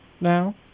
now